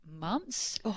months